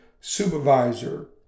supervisor